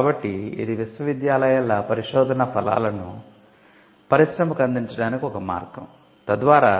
కాబట్టి ఇది విశ్వవిద్యాలయాల పరిశోధననా ఫలాలను పరిశ్రమకు అందించడానికి ఒక మార్గం తద్వారా